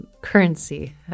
currency